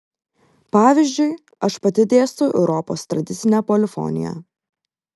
pavyzdžiui aš pati dėstau europos tradicinę polifoniją